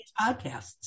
podcasts